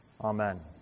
amen